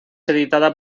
editada